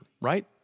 Right